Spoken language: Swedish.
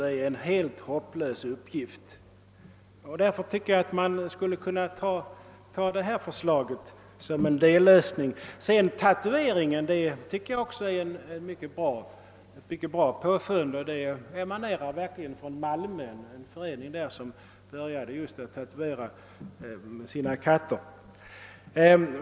Det är en helt hopplös uppgift, och därför tycker jag att man skulle kunna genomföra detta förslag som en dellösning. Förslaget om tatuering tycker också jag är bra. Det emanerar faktiskt från Malmö, där en förening började tatuera medlemmarnas katter.